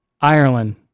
Ireland